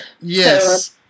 Yes